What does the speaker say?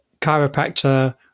chiropractor